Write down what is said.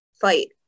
fight